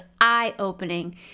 eye-opening